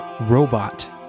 robot